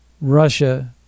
russia